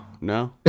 No